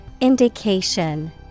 Indication